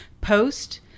post